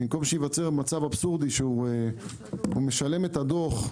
במקום שייווצר מצב אבסורדי שהוא משלם את הדוח,